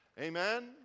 Amen